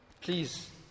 Please